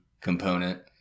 component